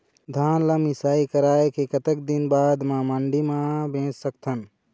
धान ला मिसाई कराए के कतक दिन बाद मा मंडी मा बेच सकथन?